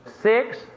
Six